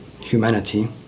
humanity